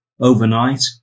overnight